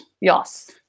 Yes